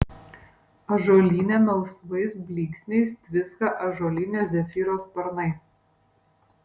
ąžuolyne melsvais blyksniais tviska ąžuolinio zefyro sparnai